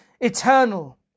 eternal